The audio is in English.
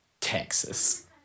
Texas